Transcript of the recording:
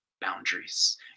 boundaries